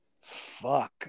Fuck